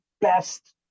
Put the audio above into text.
best